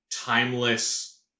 timeless